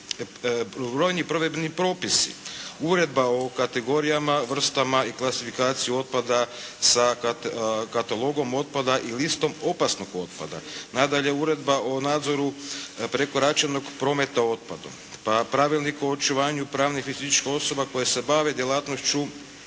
brojni provedbeni propisi, Uredba o kategorijama, vrstama i klasifikaciji otpada sa katalogom otpada i listom opasnog otpada, nadalje Uredba o nadzoru prekoračenog prometa otpadom, pa Pravilnik o očuvanju pravnih i fizičkih osoba koje se bave djelatnošću